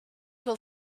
will